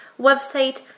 website